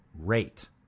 rate